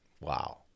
Wow